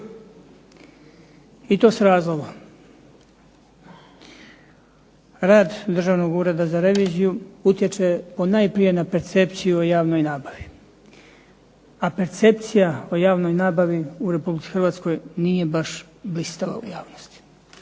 I to s razlogom. Rad Državnog ureda za reviziju utječe po najprije na percepciju o javnoj nabavi. A percepcija o javnoj nabavi u Republici Hrvatskoj nije baš blistava u javnosti.